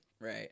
Right